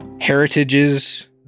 heritages